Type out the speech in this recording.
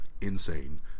Insane